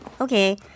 okay